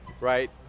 Right